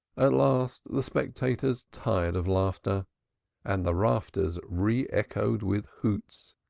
at last the spectators tired of laughter and the rafters re-echoed with hoots.